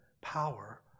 power